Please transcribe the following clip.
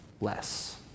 less